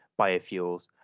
biofuels